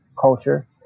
culture